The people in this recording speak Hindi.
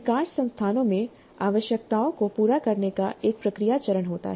अधिकांश संस्थानों में आवश्यकताओं को पूरा करने का एक प्रक्रिया चरण होता है